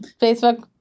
Facebook